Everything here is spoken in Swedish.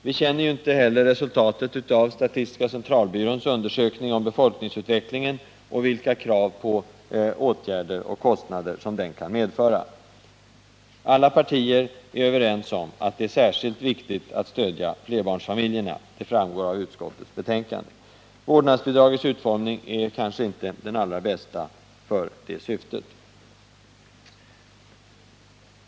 Vi känner ju inte heller resultatet av statistiska centralbyråns undersökning om befolkningsutvecklingen och vilka krav på åtgärder och kostnader som den kan medföra. Alla partier är överens om att det är särskilt viktigt att stödja flerbarnsfamiljerna, vilket också framgår av utskottets betänkande. Vårdnadsbidraget är kanske inte den allra bästa åtgärden med tanke på detta syfte.